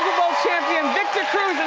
champion victor